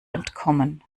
entkommen